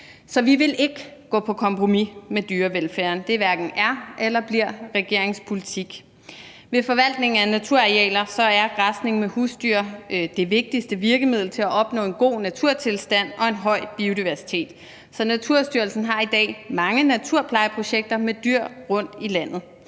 Så vi vil ikke gå på kompromis med dyrevelfærden. Det hverken er eller bliver regeringens politik. Ved forvaltningen af naturarealer er græsning med husdyr det vigtigste virkemiddel til at opnå en god naturtilstand og en høj biodiversitet. Så Naturstyrelsen har i dag mange naturplejeprojekter med dyr rundtom i landet.